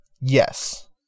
yes